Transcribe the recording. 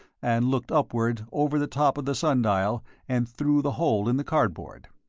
and looked upward, over the top of the sun-dial and through the hole in the cardboard.